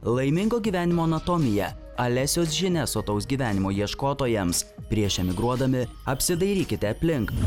laimingo gyvenimo anatomija alesijos žinia sotaus gyvenimo ieškotojams prieš emigruodami apsidairykite aplink